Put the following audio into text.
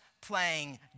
playing